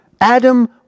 Adam